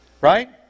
right